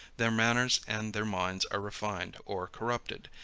their manners and their minds are refined or corrupted,